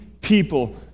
people